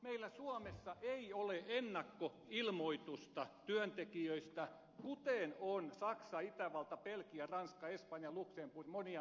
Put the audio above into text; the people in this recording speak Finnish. meillä suomessa ei ole ennakkoilmoitusta työntekijöistä kuten on saksassa itävallassa belgiassa ranskassa espanjassa luxemburgissa monissa muissa maissa